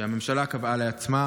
שהממשלה קבעה לעצמה,